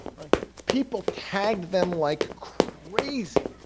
people tagged them like crazy.